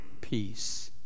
peace